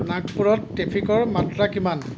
নাগপুৰত ট্ৰেফিকৰ মাত্ৰা কিমান